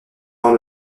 par